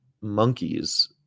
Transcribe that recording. monkeys